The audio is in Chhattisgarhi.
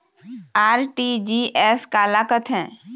आर.टी.जी.एस काला कथें?